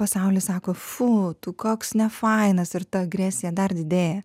pasaulis sako fu tu koks ne fainas ir ta agresija dar didėja